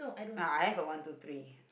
ah I have a one two three